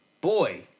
Boy